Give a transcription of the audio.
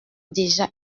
déjà